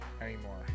anymore